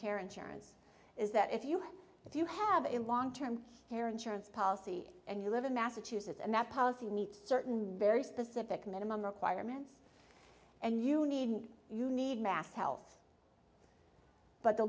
care insurance is that if you have if you have a long term care insurance policy and you live in massachusetts and that policy needs certain very specific minimum requirements and you needn't you need mass health but the